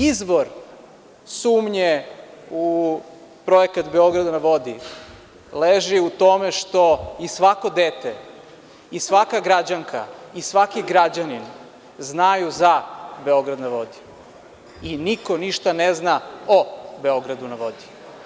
Izvor sumnje u projekat „Beograd na vodi“ leži u tomešto svako dete, svaka građanka i svaki građanin zna za „Beograd na vodi“ i niko ništa ne zna o „Beograd na vodi“